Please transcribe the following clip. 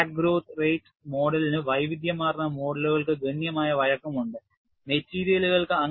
crack growth rate മോഡലിന് വൈവിധ്യമാർന്ന മോഡലുകൾക്ക് ഗണ്യമായ വഴക്കമുണ്ട് മെറ്റീരിയലുകൾക്ക്